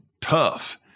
tough